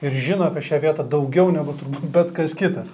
ir žino apie šią vietą daugiau negu turbūt bet kas kitas